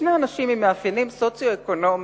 שני אנשים עם מאפיינים סוציו-אקונומיים